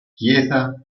chiesa